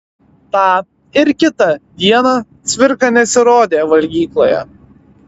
tą ir kitą dieną cvirka nesirodė valgykloje